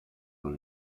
dans